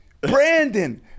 Brandon